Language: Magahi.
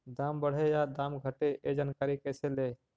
दाम बढ़े या दाम घटे ए जानकारी कैसे ले?